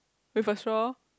with a straw